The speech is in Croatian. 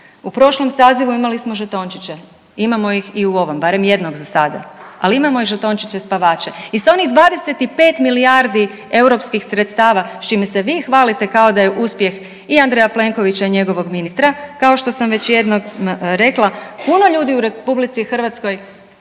U prošlom sazivu imali smo žetončiće, imamo ih i u ovom, barem jednog za sada, ali imamo žetončiće spavače i sa onih 25 milijardi europskih sredstava s čime se vi hvalite kao da je uspjeh i Andreja Plenkovića i njegovog ministra, kao što sam već jednom rekla puno ljudi u RH ova